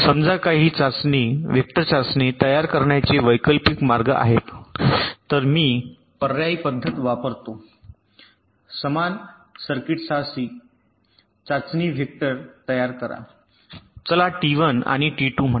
समजा काही चाचणी वेक्टर तयार करण्याचे वैकल्पिक मार्ग आहेत मी 2 पर्यायी पद्धती वापरतो समान सर्किटसाठी चाचणी वेक्टर तयार करा चला टी 1 आणि टी 2 म्हणा